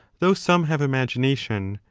though some have imagination,